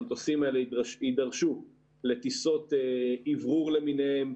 המטוסים האלה יידרשו לטיסות אוורור למיניהן,